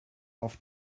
auf